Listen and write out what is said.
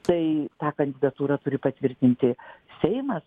tai tą kandidatūrą turi patvirtinti seimas